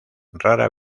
rara